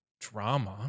Drama